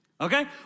okay